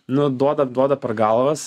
nu duoda duoda per galvas